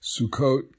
Sukkot